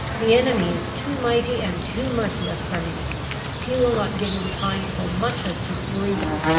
the enemy is too mighty and too merciless for me he will not give me time so much as to breathe.